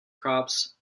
crops